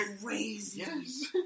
crazy